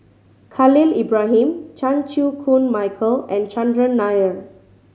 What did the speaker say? Khalil Ibrahim Chan Chew Koon Michael and Chandran Nair